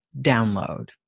download